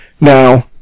Now